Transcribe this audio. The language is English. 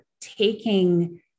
taking